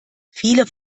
viele